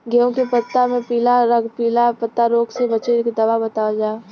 गेहूँ के पता मे पिला रातपिला पतारोग से बचें के दवा बतावल जाव?